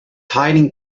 hiding